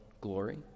glory